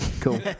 Cool